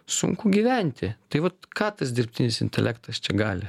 sunku gyventi tai vat ką tas dirbtinis intelektas gali